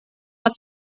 hat